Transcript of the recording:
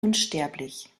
unsterblich